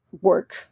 work